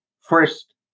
first